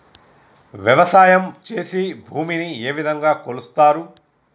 వ్యవసాయం చేసి భూమిని ఏ విధంగా కొలుస్తారు?